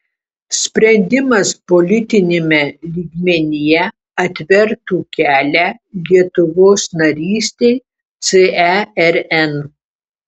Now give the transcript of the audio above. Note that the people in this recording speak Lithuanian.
sprendimas politiniame lygmenyje atvertų kelią lietuvos narystei cern